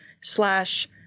slash